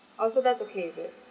orh so that's okay is it